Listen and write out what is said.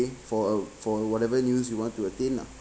for uh for whatever news you want to attain lah